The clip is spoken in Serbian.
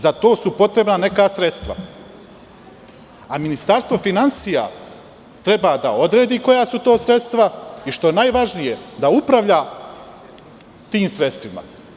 Za to su potrebna neka sredstva, a Ministarstvo finansija treba da odredi koja su to sredstva i, što je najvažnije, da upravlja tim sredstvima.